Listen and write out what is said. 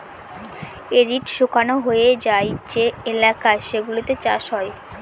arid শুকনো হয়ে যায় যে এলাকা সেগুলোতে চাষ হয়